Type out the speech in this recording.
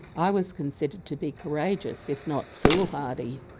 i was considered to be courageous if not foolhardy.